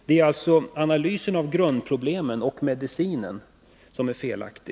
Det är alltså i första hand analysen av grundproblemet och medicinen som är felaktig.